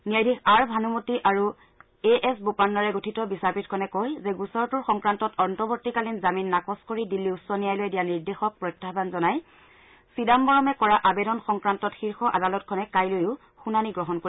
ন্যায়াধীশ আৰ ভানুমতী আৰু A S বোপান্নাৰে গঠিত বিচাৰপীঠখনে কয় যে গোচৰটোৰ সংক্ৰান্তত অন্তৰ্তীকালীন জামিন নাকচ কৰি দিল্লী উচ্চ ন্যায়ালয়ে দিয়া নিৰ্দেশক প্ৰত্যাহ্বান জনাই চিদাম্বৰমে কৰা আবেদন সংক্ৰান্তত শীৰ্ষ আদালতখনে কাইলৈও শুনানি গ্ৰহণ কৰিব